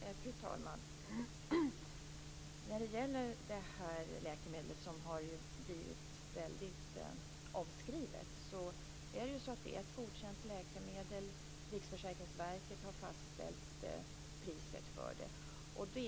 Fru talman! Det här läkemedlet har blivit väldigt omskrivet. Det är ett godkänt läkemedel. Riksförsäkringsverket har fastställt priset för det.